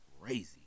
crazy